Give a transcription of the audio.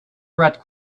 red